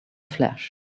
flash